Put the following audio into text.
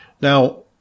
Now